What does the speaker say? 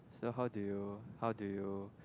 so how do you how do you